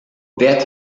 that